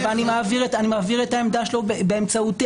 בהחלט, אבל אני מעביר את העמדה שלו באמצעותי.